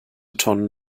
tonnen